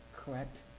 correct